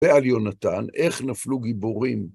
ועל יונתן, איך נפלו גיבורים.